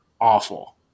awful